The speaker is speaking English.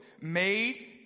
made